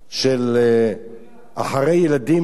אחרי ילדים, לראות,